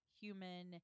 human